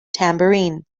tambourine